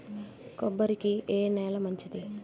కొబ్బరి కి ఏ నేల మంచిది?